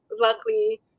luckily